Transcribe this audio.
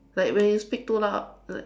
like when you speak too loud like